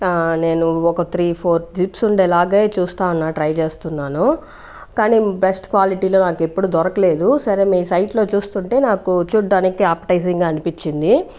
నేను ఒక three four zips ఉండేలాగా చూస్తూ ఉన్నాను ట్రై చేస్తున్నాను కానీ బెస్ట్ క్వాలిటీలో నాకు ఎప్పుడు దొరకలేదు సరే మీ సైట్లో చూస్తుంటే నాకు చూడ్డానికి యాప్టైసింగ్గా అనిపించింది